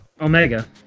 Omega